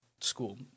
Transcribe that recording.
school